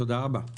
תודה רבה.